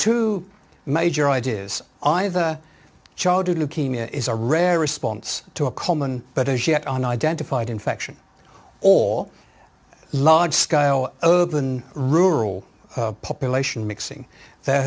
two major ideas either childhood leukemia is a rare response to a common but as yet unidentified infection all large scale urban rural population mixing th